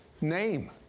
name